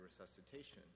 resuscitation